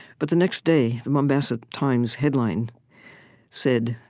but the next day, the mombasa times headline said,